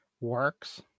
works